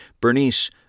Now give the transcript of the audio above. Bernice